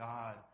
God